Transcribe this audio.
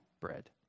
bread